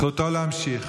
זכותו להמשיך.